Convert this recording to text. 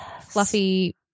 fluffy